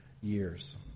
years